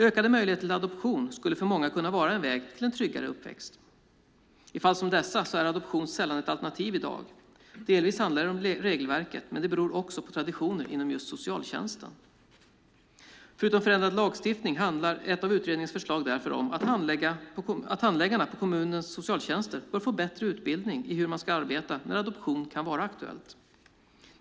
Ökade möjligheter till adoption skulle för många kunna vara en väg till en tryggare uppväxt. I fall som dessa är adoption sällan ett alternativ i dag. Delvis handlar det om regelverket, men det beror också på traditioner inom socialtjänsten. Förutom förändrad lagstiftning handlar ett av utredningens förslag därför om att handläggarna på kommunernas socialtjänster bör få bättre utbildning i hur man ska arbeta när adoption kan vara aktuellt.